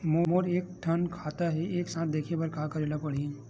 मोर के थन खाता हे एक साथ देखे बार का करेला पढ़ही?